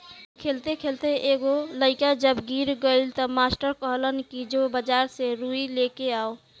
खेलते खेलते एगो लइका जब गिर गइलस त मास्टर कहलन कि जो बाजार से रुई लेके आवा